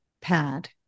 pad